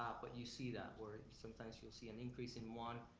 but you see that, or sometimes you'll see an increase in one.